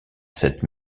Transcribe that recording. cette